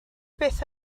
byth